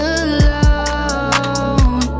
alone